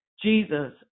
Jesus